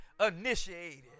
initiated